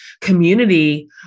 community